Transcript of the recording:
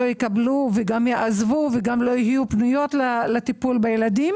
יקבלו וגם יעזבו וגם לא יהיו פנויות לטיפול בילדים.